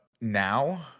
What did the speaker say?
now